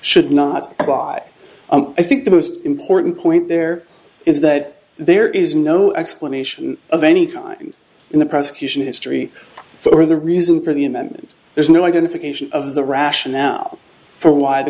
should not apply i think the most important point there is that there is no explanation of any crime in the prosecution history or the reason for the amendment there's no identification of the rationale for why the